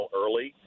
early